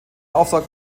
auftrag